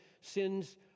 sins